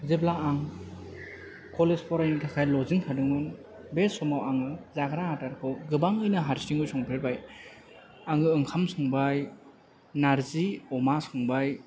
जेब्ला आं कलेज फरायनो थाखाय लजिं थादोंमोन बे समाव आङो जाग्रा आदार खौ गोबाङैनो हारसिंयै संफेरबाय आङो ओंखाम संबाय नार्जि अमा संबाय